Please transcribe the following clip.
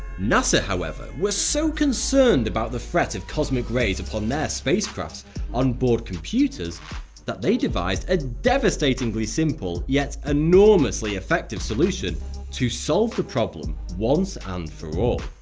nasa however were so concerned about the threat of cosmic rays upon their spacecraft's on-board computers that they devised a devastatingly simple yet enormously effective solution to solve the problem once and for all.